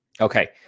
Okay